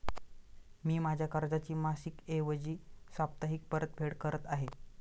मी माझ्या कर्जाची मासिक ऐवजी साप्ताहिक परतफेड करत आहे